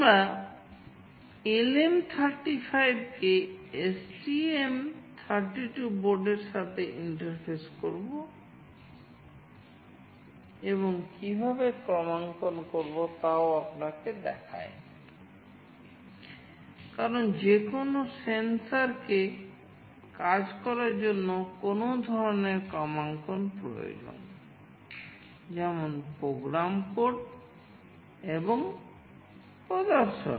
আমরা LM35 কে STM এবং প্রদর্শন